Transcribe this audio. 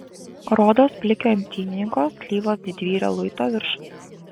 rodos plikio imtynininko slyvos didvyrio luito viršus